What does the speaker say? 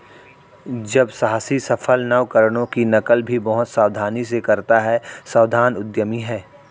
जब साहसी सफल नवकरणों की नकल भी बहुत सावधानी से करता है सावधान उद्यमी है